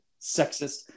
sexist